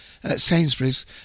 Sainsbury's